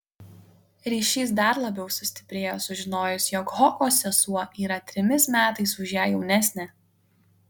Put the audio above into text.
ryšys dar labiau sustiprėjo sužinojus jog hoko sesuo yra trimis metais už ją jaunesnė